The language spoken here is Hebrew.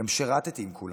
גם שירתי עם כולם.